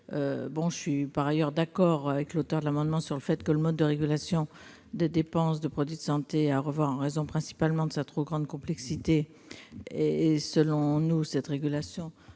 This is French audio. Je suis, par ailleurs, d'accord avec M. Mouiller sur le fait que le mode de régulation des dépenses de produits de santé est à revoir, en raison principalement de sa trop grande complexité. Selon nous, cette régulation